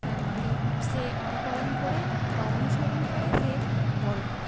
তার মাকে সে অনুকরণ করে বা অনুসরণ করে সে বড় হবে